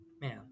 man